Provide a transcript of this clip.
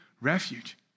refuge